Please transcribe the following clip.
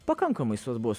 pakankamai svarbus